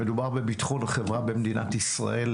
מדובר בביטחון החברה במדינה ישראל,